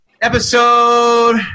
episode